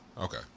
Okay